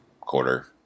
quarter